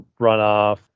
runoff